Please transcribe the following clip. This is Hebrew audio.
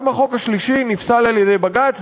גם החוק השלישי נפסל על-ידי בג"ץ.